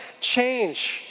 change